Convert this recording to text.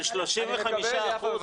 של 35%?